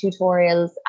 tutorials